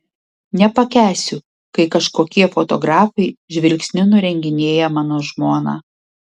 nepakęsiu kai kažkokie fotografai žvilgsniu nurenginėja mano žmoną